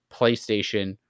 PlayStation